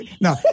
no